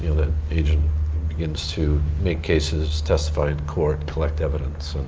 you know the agent begins to make cases, testify in court, collect evidence,